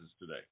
today